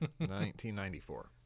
1994